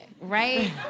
right